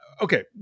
Okay